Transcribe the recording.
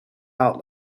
out